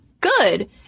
good